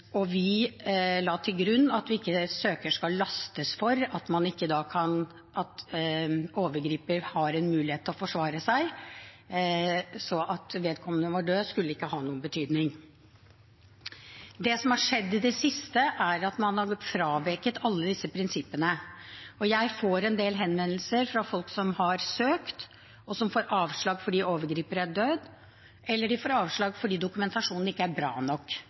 og vi la til grunn at søker ikke skal lastes for at overgriper ikke har en mulighet til å forsvare seg. At vedkommende var død, skulle ikke ha noen betydning. Det som har skjedd i det siste, er at man har fraveket alle disse prinsippene. Jeg får en del henvendelser fra folk som har søkt, og som får avslag fordi overgriper er død, eller de får avslag fordi dokumentasjonen ikke er bra nok,